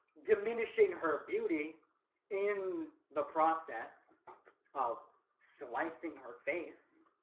diminishing her beauty in the process oh slicing her face